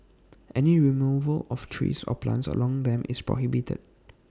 any removal of trees or plants along them is prohibited